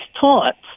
taunts